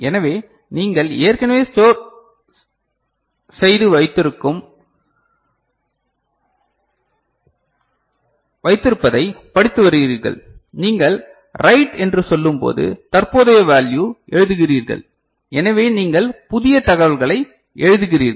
எனவே நீங்கள் ஏற்கனவே ஸ்டோர் செய்து வைத்திருப்பதை படித்து வருகிறீர்கள் நீங்கள் ரைட் என்று சொல்லும்போது தற்போதைய வேல்யு திருத்தம் எழுதுகிறீர்கள் எனவே நீங்கள் புதிய தகவல்களை எழுதுகிறீர்கள்